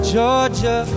Georgia